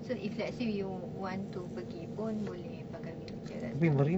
so if let's say you want to pergi pun boleh pakai wheelchair kat situ